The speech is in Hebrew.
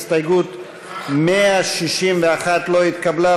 הסתייגות 161 לא התקבלה.